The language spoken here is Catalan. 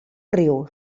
riu